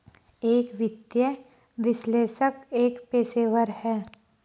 एक वित्तीय विश्लेषक एक पेशेवर है